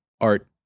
art